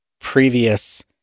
previous